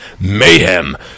Mayhem